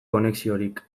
konexiorik